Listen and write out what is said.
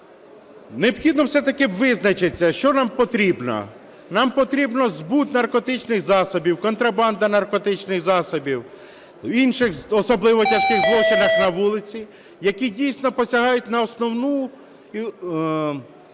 Необхідно все ж таки визначитись, що нам потрібно. Нам потрібно збут наркотичних засобів, контрабанда наркотичних засобів, інших особливо тяжких злочинів на вулиці, які дійсно посягають на основну